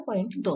2